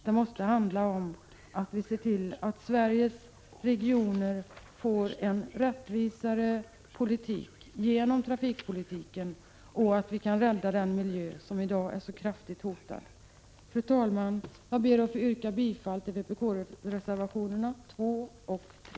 Det måste handla om att vi ser till att Sveriges regioner får en rättvisare politik genom trafikpolitiken och att vi kan rädda den miljö som i dag är så kraftigt hotad. Fru talman! Jag ber att få yrka bifall till vpk-reservationerna 2 och 3.